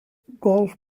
golf